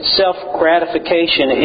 self-gratification